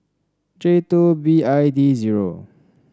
J two B I D zero